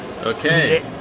Okay